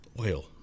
Oil